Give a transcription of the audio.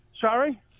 Sorry